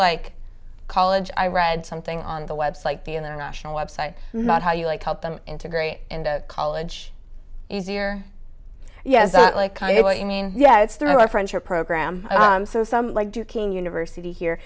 like college i read something on the web site the international web site not how you like help them integrate into college easier yes like i mean yeah it's through our friendship program so some like duquesne university here